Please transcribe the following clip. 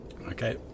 Okay